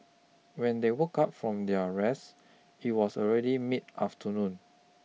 when they woke up from their rest it was already mid afternoon